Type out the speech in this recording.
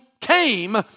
came